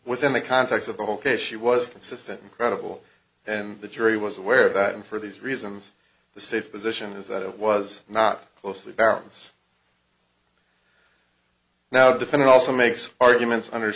within the context of the whole case she was consistent incredible then the jury was aware of that and for these reasons the state's position is that it was not closely barrenness now defendant also makes arguments under